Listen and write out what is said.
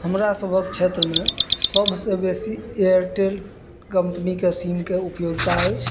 हमरा सभक क्षेत्रमे सभसँ बेसी एयरटेल कम्पनीके सीमके उपयोगिता अछि